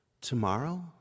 Tomorrow